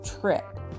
trip